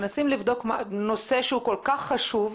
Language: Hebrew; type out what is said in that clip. אנחנו מנסים לבדוק נושא שהוא כל כך חשוב,